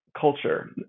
culture